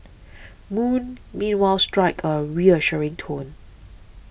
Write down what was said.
moon meanwhile struck a reassuring tone